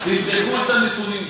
תבדקו את הנתונים,